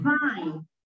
fine